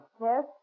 Yes